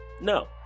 No